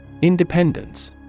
Independence